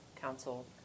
council